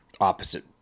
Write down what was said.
opposite